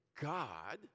God